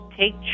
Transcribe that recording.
Take